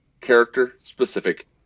character-specific